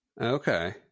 Okay